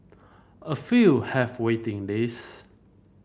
a few have waiting list